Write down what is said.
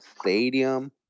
stadium